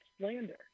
slander